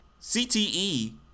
CTE